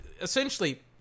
essentially